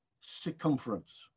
circumference